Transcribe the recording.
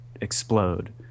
explode